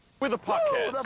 we're the puckheads.